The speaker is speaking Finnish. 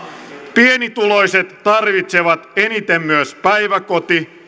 pienituloiset tarvitsevat eniten myös päiväkoti